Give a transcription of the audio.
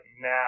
now